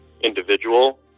individual